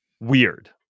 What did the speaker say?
weird